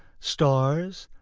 stars,